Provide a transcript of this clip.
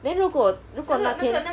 then 如果那个那天